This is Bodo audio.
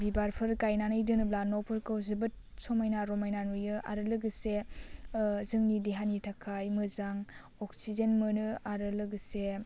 बिबारफोर गायनानै दोनोब्ला न'फोरखौ जोबोद समाइना रमायना नुयो आरो लोगोसे जोंनि देहानि थाखाय मोजां अक्सिजेन मोनो आरो लोगोसे